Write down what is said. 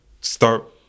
start